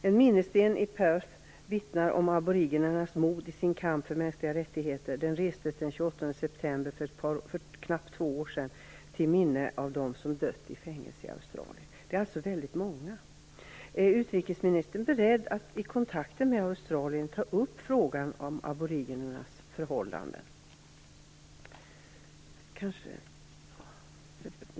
En minnessten i Perth vittnar om aboriginernas mod i deras kamp för mänskliga rättigheter. Den restes den 28 september 1994, för knappt två år sedan, till minne av dem som dött i fängelse i Australien. Det är alltså väldigt många. Är utrikesministern beredd att i kontakter med Australien ta upp frågan om aboriginernas förhållanden?